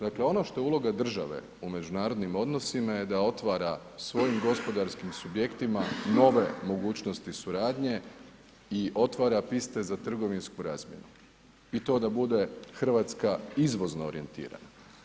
Dakle, ono što je uloga države u međunarodnim odnosima je da otvara svojim gospodarskim subjektima nove mogućnosti suradnje i otvara piste za trgovinsku razmjenu i to da bude Hrvatska izvozno orijentirana.